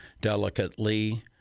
delicately